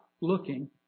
looking